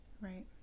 Right